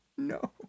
No